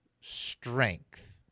strength